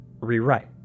rewrite